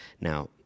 Now